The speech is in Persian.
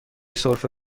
سرفه